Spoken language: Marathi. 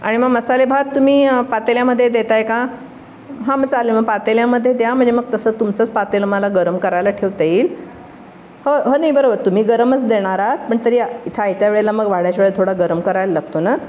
आणि मग मसालेभात तुम्ही पातेल्यामध्ये देताय का हां मग चालेल मग पातेल्यामध्ये द्या म्हणजे मग तसं तुमचंच पातेलं मला गरम करायला ठेवता येईल हो होय नाही बरोबर तुम्ही गरमच देणार आहात पण तरी इथं आयत्या वेळेला मग वाढायशिवाय थोडा गरम करायला लागतो ना